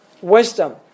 wisdom